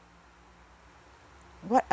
what are